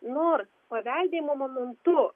nors paveldėjimo momentu